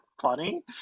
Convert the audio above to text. funny